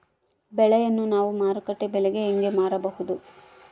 ಬೆಳೆಯನ್ನ ನಾವು ಮಾರುಕಟ್ಟೆ ಬೆಲೆಗೆ ಹೆಂಗೆ ಮಾರಬಹುದು?